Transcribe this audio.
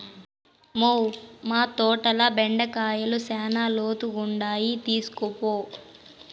మ్మౌ, మా తోటల బెండకాయలు శానా లేతగుండాయి తీస్కోపో